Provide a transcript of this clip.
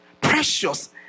precious